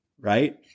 right